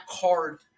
card